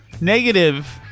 Negative